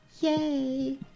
Yay